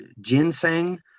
ginseng